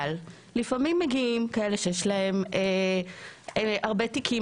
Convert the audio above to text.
אבל לפעמים מגיעים כאלה שיש להם הרבה תיקים.